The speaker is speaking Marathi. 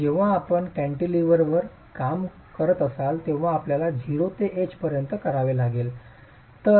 तर जेव्हा आपण कॅन्टिलिवरवर काम करत असाल तेव्हा आपल्याला 0 ते h पर्यंत करावे लागेल